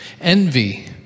Envy